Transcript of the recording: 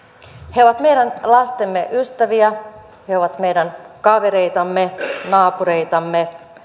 he ovat meidän lastemme ystäviä he ovat meidän kavereitamme naapureitamme